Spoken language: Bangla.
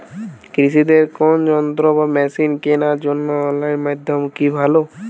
কৃষিদের কোন যন্ত্র বা মেশিন কেনার জন্য অনলাইন মাধ্যম কি ভালো?